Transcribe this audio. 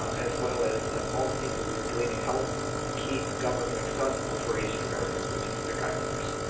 as well as all the things that we were doing to help keep government accessible for asian-americans and pacific islanders.